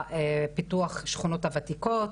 פיתוח השכונות הוותיקות,